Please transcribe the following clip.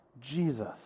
Jesus